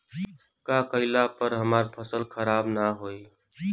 का कइला पर हमार फसल खराब ना होयी?